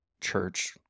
Church